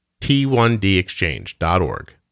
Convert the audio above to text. T1DExchange.org